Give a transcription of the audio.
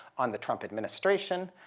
on the trump administration.